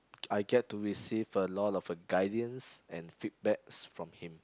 I get to receive a lot of a guidance and feedbacks from him